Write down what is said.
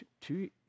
two